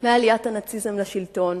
מעליית הנאציזם לשלטון